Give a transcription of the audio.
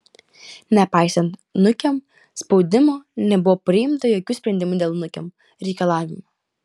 nepaisant nukem spaudimo nebuvo priimta jokių sprendimų dėl nukem reikalavimų